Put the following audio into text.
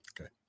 Okay